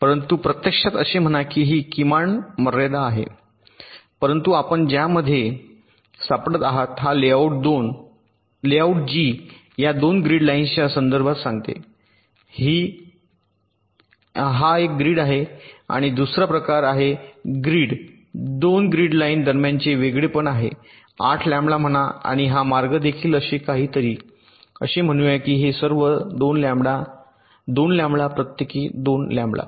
परंतु प्रत्यक्षात असे म्हणा की ही किमान मर्यादा आहे परंतु आपण ज्यामध्ये सापडत आहात हा लेआउट जी या 2 ग्रीड लाईन्सच्या संदर्भात सांगते की हा एक ग्रीड आहे आणि हा दुसरा प्रकार आहे ग्रीड 2 ग्रीड लाईन दरम्यानचे वेगळेपण आहे 8 लॅम्बडा म्हणा आणि हा मार्ग देखील आहे काहीतरी असे म्हणूया की हे सर्व 2 लंबडा 2 लॅम्बडा प्रत्येकी 2 लॅम्बडा